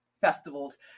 festivals